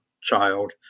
child